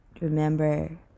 remember